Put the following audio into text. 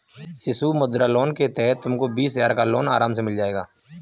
शिशु मुद्रा लोन के तहत तुमको बीस हजार का लोन आराम से मिल जाएगा